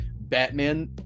batman